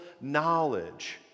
knowledge